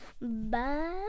Bye